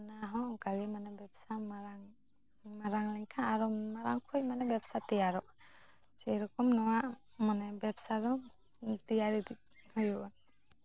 ᱚᱱᱟ ᱦᱚᱸ ᱚᱱᱠᱟ ᱜᱮ ᱵᱮᱵᱥᱟ ᱢᱟᱨᱟᱝ ᱢᱟᱨᱟᱝ ᱞᱮᱱᱠᱷᱟᱱ ᱟᱨᱚ ᱢᱟᱨᱟᱝ ᱠᱷᱚᱡ ᱢᱟᱱᱮ ᱵᱮᱵᱥᱟ ᱛᱮᱭᱟᱨᱚᱜᱼᱟ ᱥᱮᱭ ᱨᱚᱠᱚᱢ ᱢᱟᱱᱮ ᱱᱚᱣᱟ ᱵᱮᱵᱥᱟ ᱫᱚ ᱛᱮᱭᱟᱨ ᱤᱫᱤ ᱦᱩᱭᱩᱜᱼᱟ